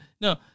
no